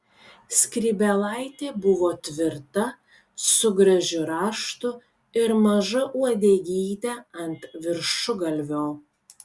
skrybėlaitė buvo tvirta su gražiu raštu ir maža uodegyte ant viršugalvio